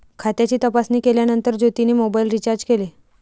खात्याची तपासणी केल्यानंतर ज्योतीने मोबाइल रीचार्ज केले